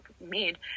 made